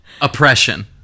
Oppression